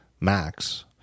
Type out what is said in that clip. Max